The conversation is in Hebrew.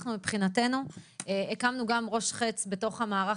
אנחנו מבחינתנו הקמנו גם ראש חץ בתוך המערך